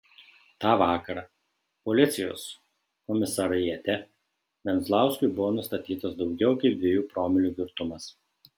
tą vakarą policijos komisariate venzlauskui buvo nustatytas daugiau kaip dviejų promilių girtumas